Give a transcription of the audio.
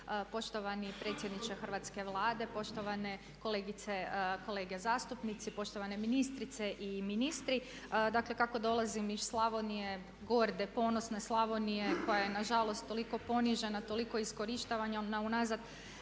Poštovani predsjedniče Hrvatske Vlade, poštovane kolegice, kolege zastupnici, poštovane ministrice i ministri. Dakle, kako dolazim iz Slavonije, gorde ponosne Slavonije koja je nažalost toliko ponižena, toliko iskorištena unazad